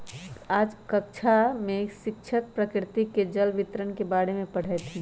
आज कक्षा में शिक्षक प्रकृति में जल वितरण के बारे में पढ़ईथीन